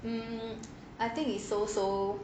um I think it's so so